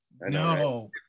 no